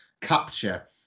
capture